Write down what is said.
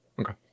Okay